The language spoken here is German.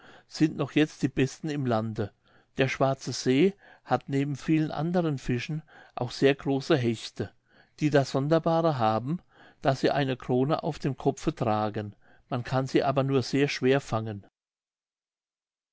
sind noch jetzt die besten im lande der schwarze see hat neben vielen anderen fischen auch sehr große hechte die das sonderbare haben daß sie eine krone auf dem kopfe tragen man kann sie aber nur sehr schwer fangen